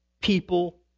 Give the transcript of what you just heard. people